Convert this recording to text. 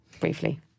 briefly